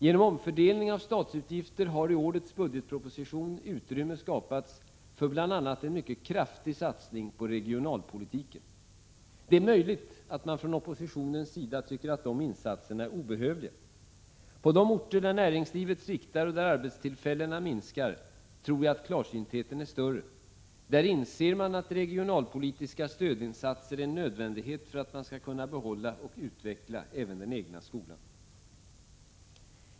Genom omfördelning av statsutgifter har i årets budgetproposition utrymme skapats för bl.a. en kraftig satsning på regionalpolitiken. Det är möjligt att oppositionen tycker att dessa insatser är obehövliga. På de orter där näringslivet sviktar och där arbetstillfällena minskar tror jag dock att klarsyntheten är större. Där inser man att regionalpolitiska stödinsatser är en nödvändighet för att man skall kunna behålla och utveckla den egna skolan.